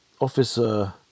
officer